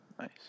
Nice